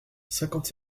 cinquante